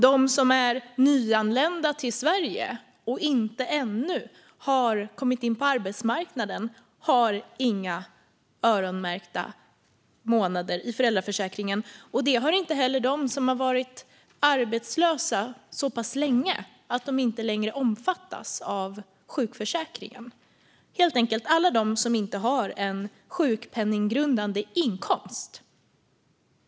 De som är nyanlända i Sverige och ännu inte har kommit in på arbetsmarknaden har inga öronmärkta månader i föräldraförsäkringen. Det har inte heller de som varit arbetslösa så pass länge att de inte längre omfattas av sjukförsäkringen. Det handlar helt enkelt om alla dem som inte har en sjukpenninggrundande inkomst.